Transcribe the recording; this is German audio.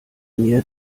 mir